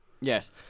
Yes